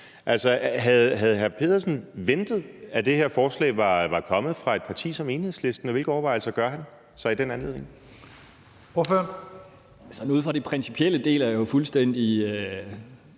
Schack Pedersen ventet, at det her forslag var kommet fra et parti som Enhedslisten, og hvilke overvejelser gør han sig i den anledning? Kl. 10:34 Første næstformand